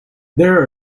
there